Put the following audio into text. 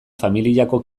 familiako